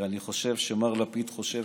אני חושב שמר לפיד חושב